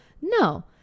no